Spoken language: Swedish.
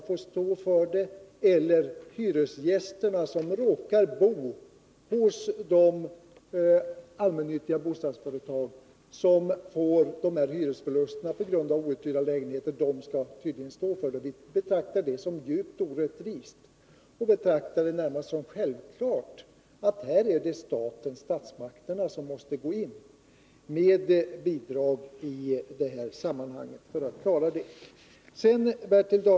Eller också menar man att de hyresgäster som råkar bo i fastigheter, ägda av sådana allmännyttiga bostadsföretag, skall få stå för de förluster som uppkommer på grund av outhyrda lägenheter. Vi betraktar det som djupt orättvist och anser det närmast självklart att det är statsmakterna som skall gå in med bidrag i det sammanhanget.